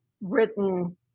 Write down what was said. written